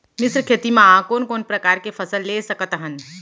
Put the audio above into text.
मिश्र खेती मा कोन कोन प्रकार के फसल ले सकत हन?